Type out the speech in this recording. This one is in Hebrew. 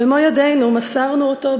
במו-ידינו מסרנו אותם,